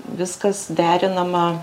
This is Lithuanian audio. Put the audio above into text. viskas derinama